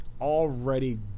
already